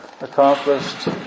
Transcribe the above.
accomplished